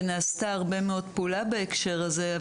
ונעשו הרבה מאוד פעולות בהקשר הזה,